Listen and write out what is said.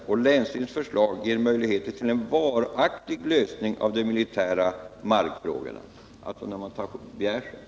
Länsstyrelsens förslag ger möjligheter till en varaktig lösning av de militära markfrågorna.” Det gäller alltså om man tar Bjärsjö.